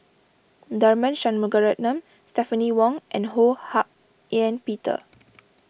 Tharman Shanmugaratnam Stephanie Wong and Ho Hak Ean Peter